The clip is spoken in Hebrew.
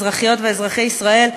אזרחיות ואזרחי ישראל,